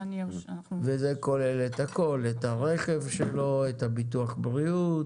וזה כולל את הכל, את הרכב שלו, את ביטוח הבריאות,